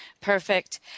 Perfect